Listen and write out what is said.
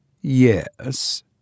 Yes